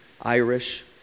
Irish